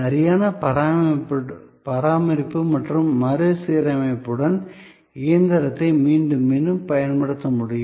சரியான பராமரிப்பு மற்றும் மறுசீரமைப்புடன் இயந்திரத்தை மீண்டும் மீண்டும் பயன்படுத்த முடியும்